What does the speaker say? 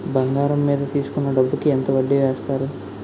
బంగారం మీద తీసుకున్న డబ్బు కి ఎంత వడ్డీ వేస్తారు?